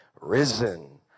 risen